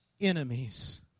enemies